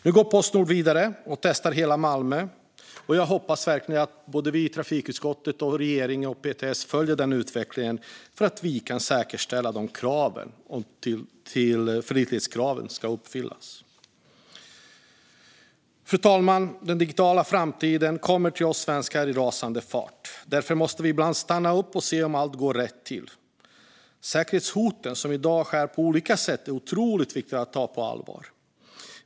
Nu går Postnord vidare och testar hela Malmö. Jag hoppas verkligen att både vi i trafikutskottet, regeringen och PTS följer den utvecklingen för att säkerställa att tillförlitlighetskraven uppfylls. Fru talman! Den digitala framtiden kommer till oss svenskar i rasande fart. Därför måste vi ibland stanna upp och se om allt går rätt till. Säkerhetshoten som i dag sker på olika sätt är otroligt viktiga att ta på allvar.